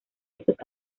esos